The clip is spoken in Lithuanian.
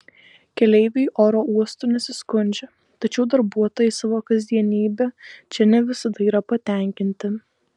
keleiviai oro uostu nesiskundžia tačiau darbuotojai savo kasdienybe čia ne visada yra patenkinti